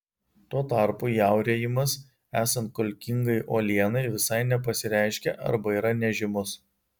tuo tarpu jaurėjimas esant kalkingai uolienai visai nepasireiškia arba yra nežymus